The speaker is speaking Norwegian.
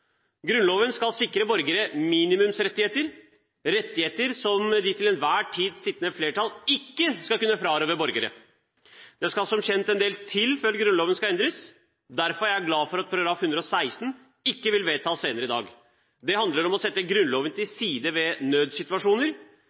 Grunnloven skal sikre borgerne minimumsrettigheter, rettigheter som det til enhver tid sittende flertall ikke skal kunne frarøve dem. Det skal som kjent en del til før Grunnloven skal kunne endres. Derfor er jeg glad for at § 116 ikke vil vedtas senere i dag. Slik det framgår av forslaget, handler det om å sette Grunnloven til side ved nødsituasjoner;